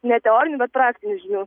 ne teorinių bet praktinių žinių